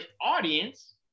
audience